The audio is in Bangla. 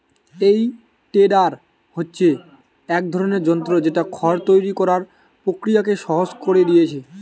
এই টেডার হচ্ছে এক ধরনের যন্ত্র যেটা খড় তৈরি কোরার প্রক্রিয়াকে সহজ কোরে দিয়েছে